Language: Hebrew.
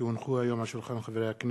כי הונחו היום על שולחן הכנסת,